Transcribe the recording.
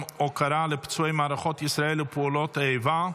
הוקרה לפצועי מערכות ישראל ופעולות האיבה,